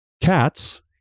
cats